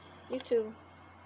you too